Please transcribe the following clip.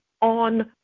on